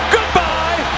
Goodbye